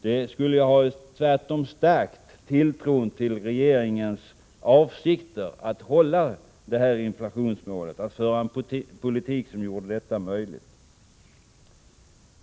Det skulle ju ha stärkt tilltron till regeringens avsikter att föra en politik som gjorde det möjligt att hålla inflationsmålet.